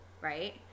right